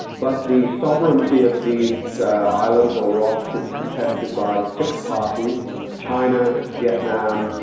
but the sovereignty of these islands or rocks is contested by six parties china, vietnam,